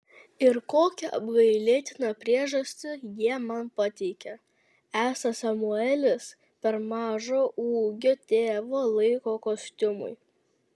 ir kokią apgailėtiną priežastį jie man pateikė esą samuelis per mažo ūgio tėvo laiko kostiumui